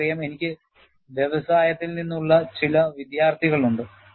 എനിക്കറിയാം എനിക്ക് വ്യവസായത്തിൽ നിന്നുള്ള ചില വിദ്യാർത്ഥികൾ ഉണ്ട്